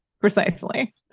precisely